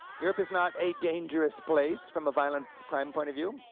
europe is not a dangerous place from a violent crime point of view.